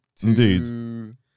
Indeed